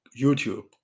YouTube